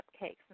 cupcakes